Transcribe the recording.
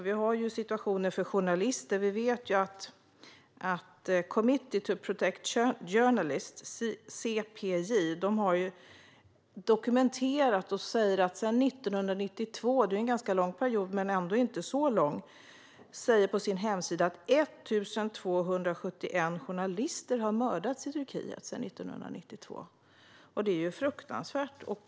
Vi vet att Committee to Protect Journalists, CPJ, säger på sin hemsida att sedan 1992 - det är ju en ganska lång period, men ändå inte så lång - har 1 271 journalister mördats i Turkiet. Det är fruktansvärt.